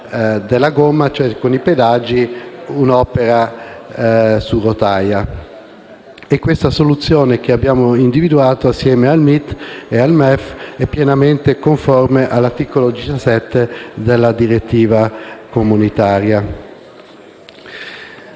della gomma, cioè con i pedaggi, un'opera su rotaia. Questa soluzione che abbiamo individuato assieme al MIT e al MEF è pienamente conforme all'articolo 17 della direttiva comunitaria.